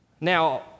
Now